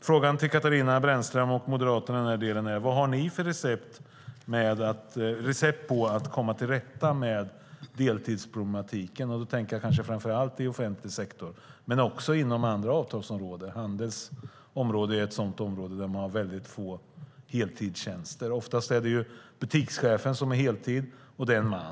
Frågan till Katarina Brännström och Moderaterna blir: Vad har ni för recept på att komma till rätta med deltidsproblematiken? Då tänker jag framför allt på offentlig sektor, men det gäller även andra avtalsområden. Handelns område är ett område där det finns väldigt få heltidstjänster. Oftast är det butikschefen som är heltidare, och det är en man.